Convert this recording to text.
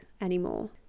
anymore